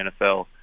NFL